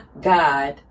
god